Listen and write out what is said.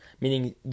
Meaning